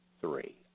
three